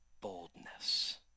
boldness